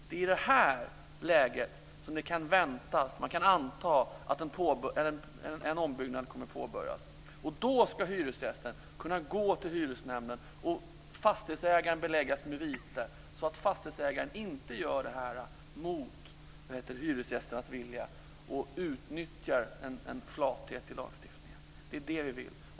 Det är i det läget som man kan anta att en ombyggnad kommer att påbörjas. Då ska hyresgästen kunna gå till hyresnämnden, och fastighetsägaren ska kunna beläggas med vite, så att fastighetsägaren inte gör det här mot hyresgästernas vilja och utnyttjar en flathet i lagstiftningen. Det är det vi vill.